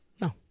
No